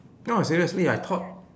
no seriously I taught